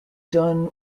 done